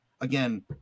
again